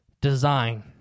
design